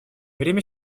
время